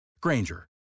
Granger